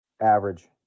Average